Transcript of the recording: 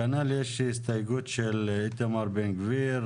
כנ"ל יש הסתייגות של איתמר בן גביר.